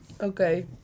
Okay